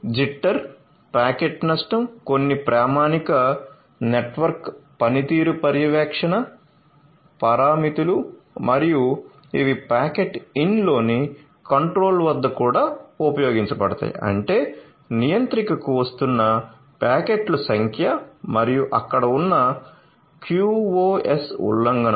jitter packet నష్టం కొన్ని ప్రామాణిక నెట్వర్క్ పనితీరు పర్యవేక్షణ పారామితులు మరియు ఇవి ప్యాకెట్ ఇన్లో ని కంట్రోలర్ వద్ద కూడా ఉపయోగించబడతాయి అంటే నియంత్రికకు వస్తున్న ప్యాకెట్ల సంఖ్య మరియు అక్కడ ఉన్న QoS ఉల్లంఘనలు